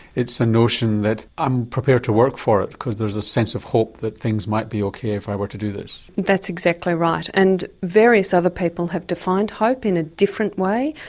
it's a notion that i'm prepared to work for it because there's a sense of hope that things might be ok if i were to do this? that's exactly right. and various other people have defined hope in a different way,